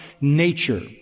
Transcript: nature